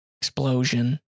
explosion